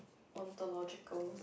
ontological